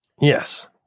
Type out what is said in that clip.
Yes